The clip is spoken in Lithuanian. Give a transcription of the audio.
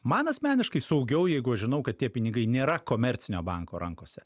man asmeniškai saugiau jeigu aš žinau kad tie pinigai nėra komercinio banko rankose